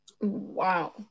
Wow